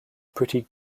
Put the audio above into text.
pretty